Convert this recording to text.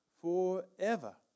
Forever